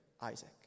Isaac